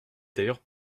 d’ailleurs